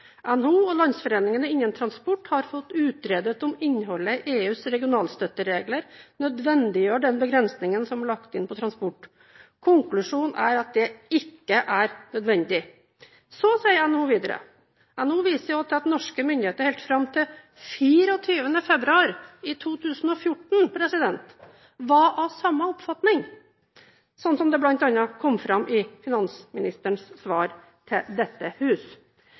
NHO og landsforeningene innen transport har fått utredet om innholdet i EUs regionalstøtteregler nødvendiggjør den begrensningen som er lagt inn på transport. Konklusjonen er at det ikke er nødvendig.» Så sier NHO videre: «NHO viser også til at norske myndigheter helt frem til 24. februar 2014 var av samme oppfatning, slik det blant annet kommer frem i finansministerens svar